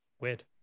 weird